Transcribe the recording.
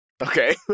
Okay